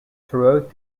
throughout